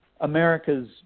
America's